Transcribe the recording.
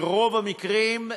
ברוב המקרים,